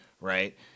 right